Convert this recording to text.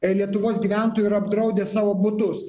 lietuvos gyventojų yra apdraudę savo butus